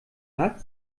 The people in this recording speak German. hat